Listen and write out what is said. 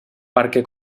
perquè